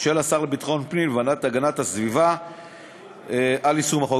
של השר לביטחון הפנים לוועדת הפנים והגנת הסביבה על יישום החוק.